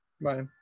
bye